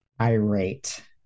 irate